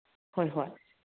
ꯍꯣꯏ ꯍꯣꯏ